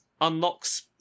unlocks